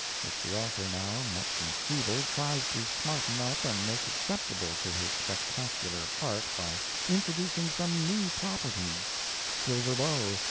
which the author, now much enfeebled, tries to smarten up and make acceptable to his spectacular heart by introducing some new properties silver bow,